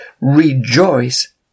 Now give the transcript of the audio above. rejoice